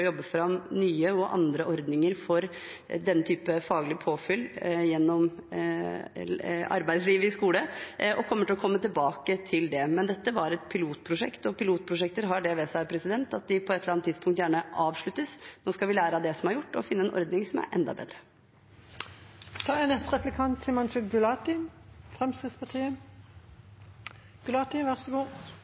fram nye og andre ordninger for den type faglig påfyll gjennom arbeidslivet i skole, og kommer tilbake til det. Dette var et pilotprosjekt, og pilotprosjekt har det ved seg at de på et eller annet tidspunkt gjerne avsluttes. Nå skal vi lære av det som er gjort, og finne en ordning som er enda